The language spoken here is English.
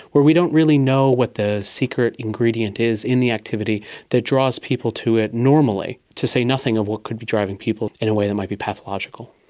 where we don't really know what the secret ingredient is in the activity that draws people to it normally, to say nothing of what could be driving people in a way that might be pathological.